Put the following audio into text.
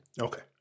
okay